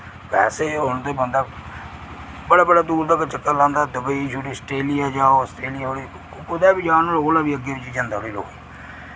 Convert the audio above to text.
पैसे होन ते बंदा बड़े बड़े दूर तक चक्कर लांदा दुबई छोड़ी आस्ट्रेलिया जाओ आस्ट्रेलिया छोड़ी कुतै बी जाओ नुआढ़े कोला बी अग्गै पिच्छै जंदा उठी लोक